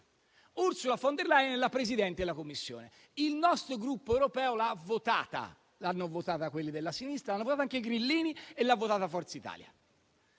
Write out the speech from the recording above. Ursula von der Leyen è la Presidente della Commissione europea. Il nostro Gruppo europeo l'ha votata. L'hanno votata quelli di sinistra, l'hanno votata anche i grillini e l'ha votata Forza Italia.